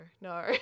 no